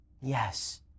Yes